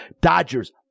Dodgers